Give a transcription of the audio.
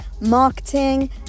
marketing